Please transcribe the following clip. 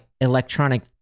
electronic